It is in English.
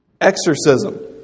Exorcism